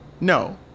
no